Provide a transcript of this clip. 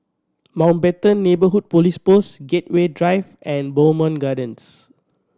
Mountbatten Neighbourhood Police Post Gateway Drive and Bowmont Gardens